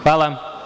Hvala.